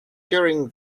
during